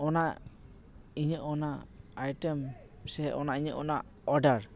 ᱚᱱᱟ ᱤᱧᱟᱹᱜ ᱚᱱᱟ ᱟᱭᱴᱮᱢ ᱥᱮ ᱚᱱᱟ ᱤᱧᱟᱹᱜ ᱚᱱᱟ ᱚᱰᱟᱨ